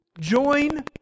Join